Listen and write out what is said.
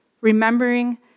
remembering